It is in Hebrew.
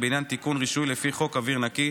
בעניין תיקון רישוי לפי חוק אוויר נקי,